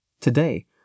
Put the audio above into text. Today